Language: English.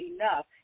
enough